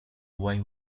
why